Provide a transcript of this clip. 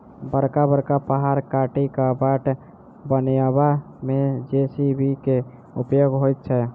बड़का बड़का पहाड़ काटि क बाट बनयबा मे जे.सी.बी के उपयोग होइत छै